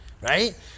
right